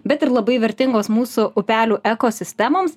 bet ir labai vertingos mūsų upelių ekosistemoms